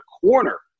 corner